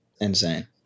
Insane